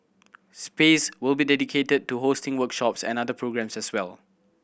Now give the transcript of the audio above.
space will be dedicated to hosting workshops and other programmes as well